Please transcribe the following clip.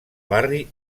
barri